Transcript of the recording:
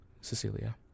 Cecilia